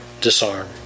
Disarm